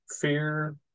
fear